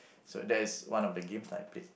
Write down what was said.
so that is one of the games lah I played